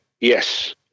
Yes